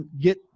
get